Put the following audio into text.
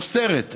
אוסרת.